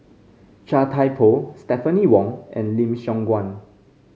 Chia Thye Poh Stephanie Wong and Lim Siong Guan